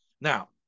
Now